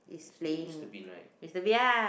um it's the Mister-Bean right